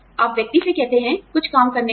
आप व्यक्ति से कहते हैं कुछ काम करने के लिए